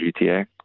GTA